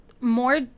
more